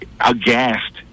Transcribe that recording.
aghast